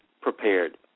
prepared